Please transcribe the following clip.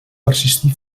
persistir